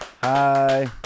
Hi